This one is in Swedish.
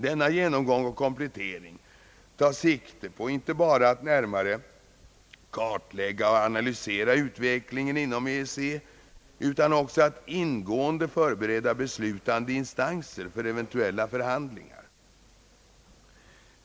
Denna genomgång och komplettering tar sikte på inte bara att närmare kartlägga och analysera utvecklingen inom EEC utan också att ingående förbereda beslutande instanser för eventuella förhandlingar.